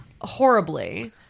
horribly